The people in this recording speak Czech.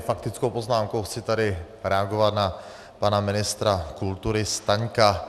Faktickou poznámkou chci tady reagovat na pana ministra kultury Staňka.